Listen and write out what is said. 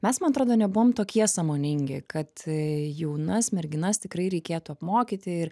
mes man atrodo nebuvom tokie sąmoningi kad jaunas merginas tikrai reikėtų apmokyti ir